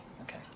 Okay